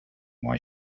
why